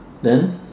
then